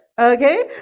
Okay